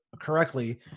correctly